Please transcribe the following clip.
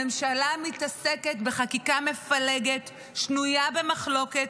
הממשלה עוסקת בחקיקה מפלגת, שנויה במחלוקת,